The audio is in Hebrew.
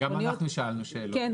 גם אנחנו שאלנו שאלות עקרוניות.